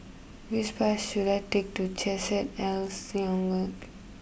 which bus should I take to Chesed El